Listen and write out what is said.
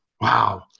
Wow